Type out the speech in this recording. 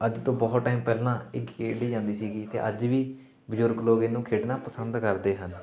ਅੱਜ ਤੋਂ ਬਹੁਤ ਟਾਈਮ ਪਹਿਲਾਂ ਇਹ ਖੇਡੀ ਜਾਂਦੀ ਸੀਗੀ ਅਤੇ ਅੱਜ ਵੀ ਬਜ਼ੁਰਗ ਲੋਕ ਇਹਨੂੰ ਖੇਡਣਾ ਪਸੰਦ ਕਰਦੇ ਹਨ